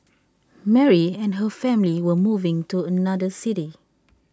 Mary and her family were moving to another city